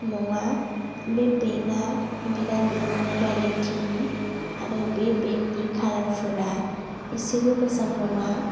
नङा बे बेगा बिरात ल' क्वालिटि नि आरो बे बेगनि कालार फोरा एसेबो मोजां नङा